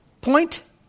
Point